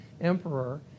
emperor